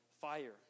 fire